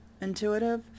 intuitive